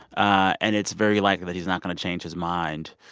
and it's very likely that he's not going to change his mind.